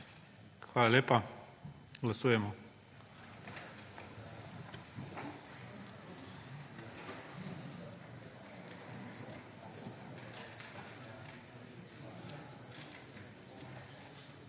Hvala lepa. Glasujemo.